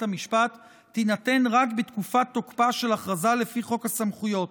המשפט תינתן רק לתקופת תוקפה של ההכרזה לפי חוק הסמכויות,